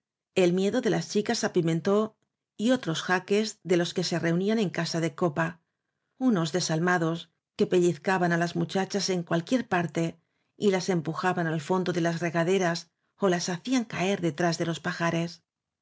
el miedo de las chicas á pimentó y otros jaques de los que se reunían en casa de copa unos desalmados que pellizcaban á las muchachas en cualquier parte y las empujaban al fondo de las regaderas ó las hacían caer detras de los pajares